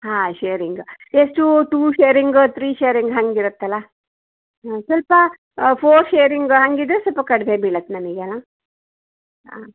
ಹಾಂ ಶೇರಿಂಗ್ ಎಷ್ಟು two sharing three sharing ಹಂಗಿರತ್ತಲ್ಲಾ ಹಾಂ ಸ್ವಲ್ಪ ಫೋರ್ ಶೇರಿಂಗ್ ಹಂಗದ್ದರೆ ಸ್ವಲ್ಪ ಕಡಿಮೆ ಬೀಳತ್ತೆ ನನಗೆ ಅಲ್ಲಾ ಹಾಂ